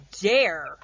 dare